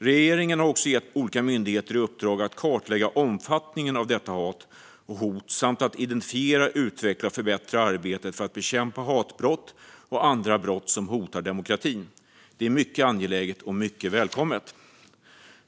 Regeringen har gett olika myndigheter i uppdrag att kartlägga omfattningen av detta hat och hot samt att identifiera, utveckla och förbättra arbetet för att bekämpa hatbrott och andra brott som hotar demokratin. Det är mycket angeläget och mycket välkommet.